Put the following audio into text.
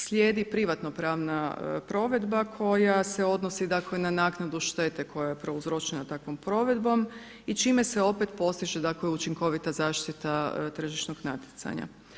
Slijedi privatno-pravna provedba koja se odnosi, dakle na naknadu štete koja je prouzročena takvom provedbom i čime se opet postiže, dakle učinkovita zaštita tržišnog natjecanja.